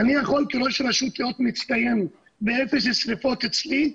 אני יכול כראש רשות להיות מצטיין באפס שריפות אצלי,